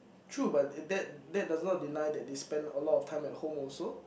true but it that that does not deny that they spend a lot of time at home also